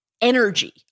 energy